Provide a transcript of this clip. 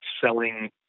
selling